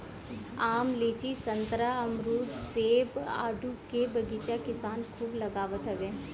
आम, लीची, संतरा, अमरुद, सेब, आडू के बगीचा किसान खूब लगावत हवे